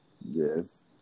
Yes